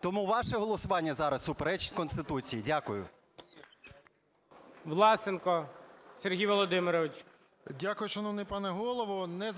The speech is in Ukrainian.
Тому ваше голосування зараз суперечить Конституції. Дякую. ГОЛОВУЮЧИЙ. Власенко Сергій Володимирович. 17:12:16 ВЛАСЕНКО С.В. Дякую, шановний пане Голово. Не